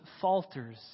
falters